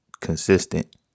consistent